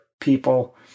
people